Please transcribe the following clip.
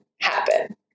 happen